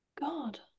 God